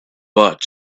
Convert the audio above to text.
but